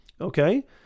okay